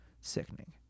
Sickening